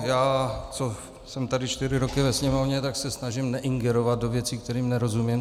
Já, co jsem tady čtyři roky ve Sněmovny, tak se snažím neingerovat do věcí, kterým nerozumím.